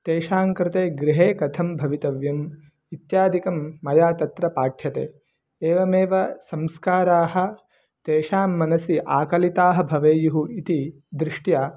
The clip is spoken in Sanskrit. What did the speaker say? तेषां कृते गृहे कथं भवितव्यम् इत्यादिकं मया तत्र पाठ्यते एवमेव संस्काराः तेषां मनसि आकलिताः भवेयुः इति दृष्ट्या